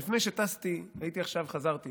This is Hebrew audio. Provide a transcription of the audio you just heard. לפני שטסתי, הייתי, עכשיו חזרתי